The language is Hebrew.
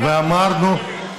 ואמרנו,